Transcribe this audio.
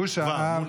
בוש האב היה,